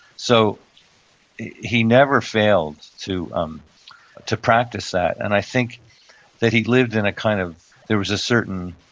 so he never fails to um to practice that and i think that he lived in a kind of, there was a certain